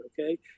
okay